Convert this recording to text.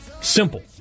Simple